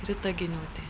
rita giniūtė